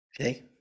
Okay